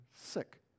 Sick